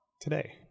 today